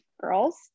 girls